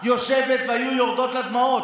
יושבת והיו יורדות לה דמעות,